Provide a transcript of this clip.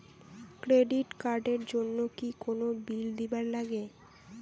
Credit card এর জন্যে কি কোনো বিল দিবার লাগে?